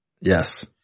Yes